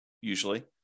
usually